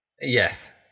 Yes